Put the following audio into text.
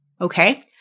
okay